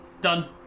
done